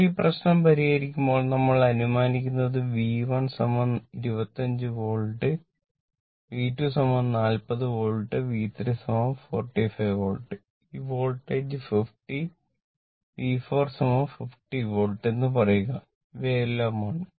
ഇപ്പോൾ ഈ പ്രശ്നം പരിഹരിക്കുമ്പോൾ നമ്മൾ അനുമാനിക്കുന്നത് V1 25 volt V2 40 volt V3 45 volt ഈ വോൾട്ടേജ് 50 V4 50 വോൾട്ട്എന്ന് പറയുക ഇവയെല്ലാം ആണ്